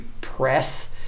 press